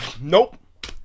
nope